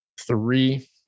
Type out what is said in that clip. Three